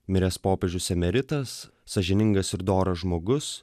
miręs popiežius emeritas sąžiningas ir doras žmogus